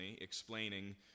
explaining